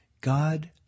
God